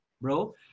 bro